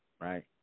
right